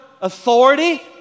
authority